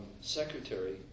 secretary